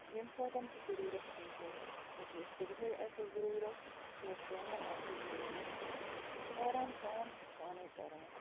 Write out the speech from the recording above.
ییٚمہِ ساتہٕ تہِ ضُروٗرَت آسٮ۪س چاہے صُبحٲے آسٮ۪س ضُروٗرَت یا شامَن آسٮ۪س ضروٗرَت آرام سان چھِس پانَے کَران